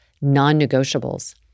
non-negotiables